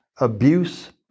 abuse